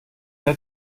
der